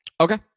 Okay